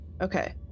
okay